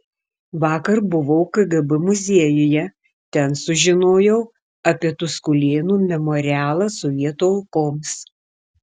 vakar buvau kgb muziejuje ten sužinojau apie tuskulėnų memorialą sovietų aukoms